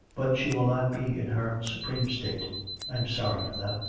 but she will not be in her supreme state i am sorry for that.